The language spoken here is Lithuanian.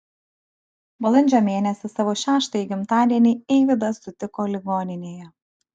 balandžio mėnesį savo šeštąjį gimtadienį eivydas sutiko ligoninėje